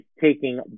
taking